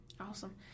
awesome